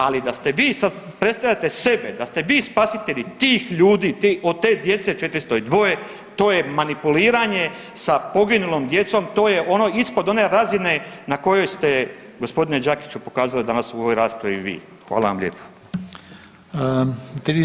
Ali, da ste vi sad, predstavljate sebe, da ste vi spasitelji tih ljudi, od te djece, 402, to je manipuliranje sa poginulom djecom, to je ono ispod one razine na kojoj ste, g. Đakiću, pokazali danas u ovoj raspravi vi.